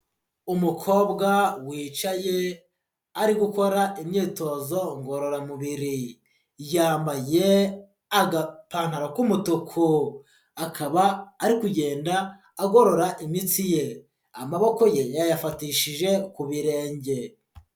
Umukobwa wicaye ari gukora imyitozo ngororamubiri, yambaye agapantaro k'umutuku akaba ari kugenda agorora imitsi ye, amaboko ye yayafatishije ku birenge.